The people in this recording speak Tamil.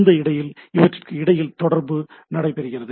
இந்த வழியில் இவற்றிற்கு இடையில் தொடர்பு நடைபெருகிறது